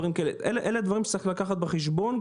אלה דברים שצריך להביא בחשבון,